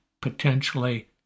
potentially